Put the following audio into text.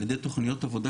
על ידי תכניות עבודה,